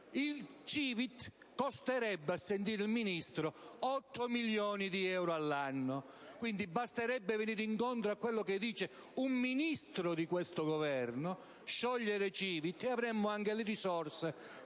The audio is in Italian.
la CiVIT costerebbe, a sentire il Ministro, 8 milioni di euro all'anno. Quindi, basterebbe venire incontro a quello che dice un Ministro di questo Governo - sciogliere la CiVIT - e avremmo anche le risorse